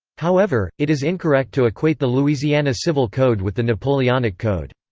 however, it is incorrect to equate the louisiana civil code with the napoleonic code.